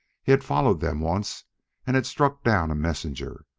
he had followed them once and had struck down a messenger,